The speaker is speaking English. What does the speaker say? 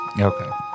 Okay